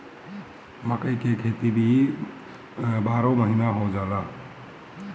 मकई के खेती भी बारहो महिना हो जाला